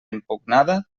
impugnada